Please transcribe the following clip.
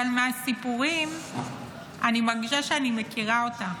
אבל מהסיפורים אני מרגישה שאני מכירה אותה,